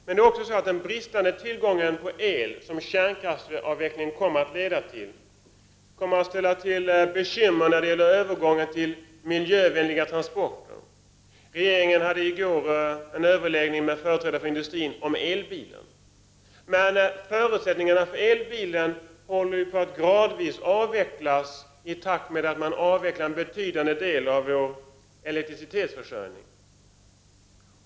Men den bristande tillgången på el, som kommer att bli en följd av kärnkraftsavvecklingen, kommer också att ställa till bekymmer när det gäller övergången till miljövänliga transporter. Regeringen hade i går en överläggning med företrädare för industrin om elbilen. Men förutsättningarna för elbilen håller nu gradvis på att avvecklas i takt med att man avvecklar en betydande del av vår elektricitetsförsörjning.